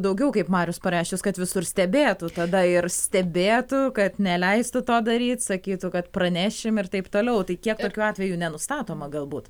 daugiau kaip marius pareščius kad visur stebėtų tada ir stebėtų kad neleistų to daryt sakytų kad pranešim ir taip toliau tai kiek tokių atvejų nenustatoma galbūt